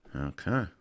okay